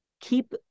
keep